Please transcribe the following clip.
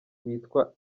witwa